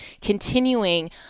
continuing